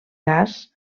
gas